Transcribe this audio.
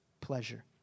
pleasure